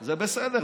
זה בסדר.